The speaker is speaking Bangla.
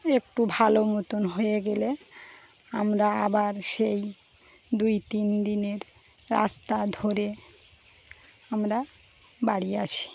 একটু ভালো মতন হয়ে গেলে আমরা আবার সেই দুই তিন দিনের রাস্তা ধরে আমরা বাড়ি আসি